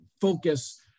focus